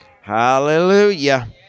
Hallelujah